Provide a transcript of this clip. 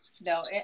No